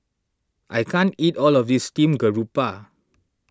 I can't eat all of this Steamed Garoupa